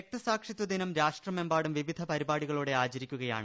രക്തസാക്ഷിത്വദിനം രാഷ്ട്രമെമ്പാടും വിവിധ പരിപാടികളോടെ ആചരിക്കുകയാണ്